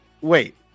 wait